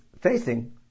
facing